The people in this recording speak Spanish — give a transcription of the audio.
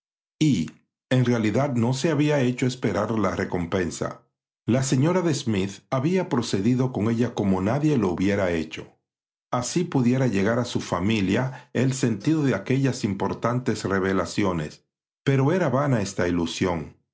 en realidad no se había hecho esperar la recompensa la señora de smith había procedido con ella como nadie lo hubiera hecho así pudiera llegar a su familia el sentido de aquellas importantes revelaciones pero era vana esta ilusión